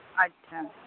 ᱟᱪᱪᱷᱟ